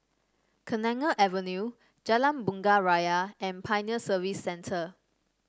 Kenanga Avenue Jalan Bunga Raya and Pioneer Service Centre